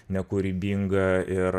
nekūrybinga ir